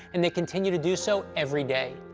and they continue to do so every day.